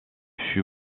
fut